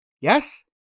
Yes